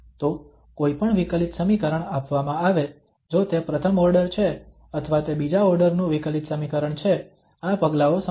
તો કોઈપણ વિકલિત સમીકરણ આપવામાં આવે જો તે પ્રથમ ઓર્ડર છે અથવા તે બીજા ઓર્ડર નું વિકલિત સમીકરણ છે આ પગલાંઓ સમાન રહેશે